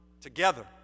together